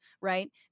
right